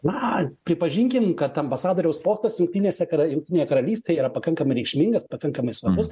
na pripažinkim kad ambasadoriaus postas jungtinėse kar jungtinėje karalystėje yra pakankamai reikšmingas pakankamai svarbus